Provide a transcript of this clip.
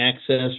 access